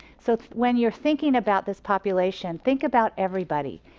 so when you're thinking about this population. think about everybody.